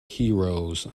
heroes